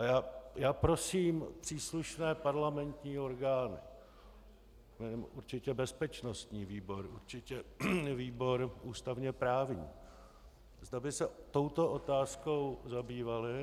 A já prosím příslušné parlamentní orgány, určitě bezpečnostní výbor, určitě výbor ústavněprávní, zda by se touto otázkou zabývaly.